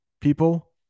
people